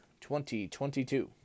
2022